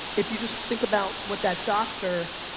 if you just think about what that doctor,